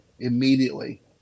Immediately